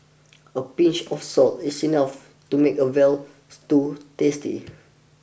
a pinch of salt is enough to make a Veal Stew tasty